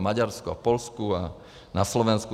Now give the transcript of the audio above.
V Maďarsku, Polsku a na Slovensku.